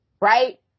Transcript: right